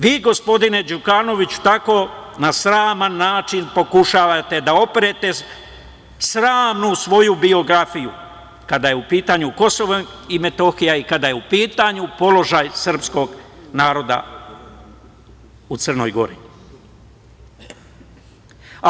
Vi gospodine Đukanoviću, tako na sraman način pokušavate da operete sramnu svoju biografiju kada je u pitanju KiM i kada je u pitanju položaj srpskog naroda u Crnoj Gori.